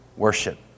Worship